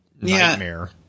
nightmare